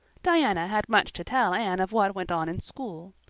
diana had much to tell anne of what went on in school.